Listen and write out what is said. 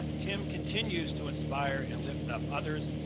ah tim continues to inspire and lift up others.